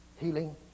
healing